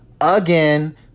Again